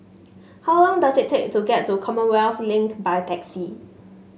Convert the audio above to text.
how long does it take to get to Commonwealth Link by taxi